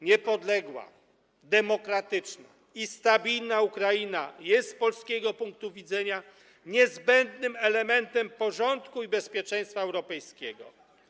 Niepodległa, demokratyczna i stabilna Ukraina jest z polskiego punktu widzenia niezbędnym elementem porządku i bezpieczeństwa europejskiego.